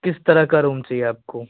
किस तरह का रूम चाहिए आपको